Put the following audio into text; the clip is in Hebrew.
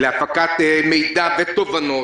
להפקת מידע ותובנות.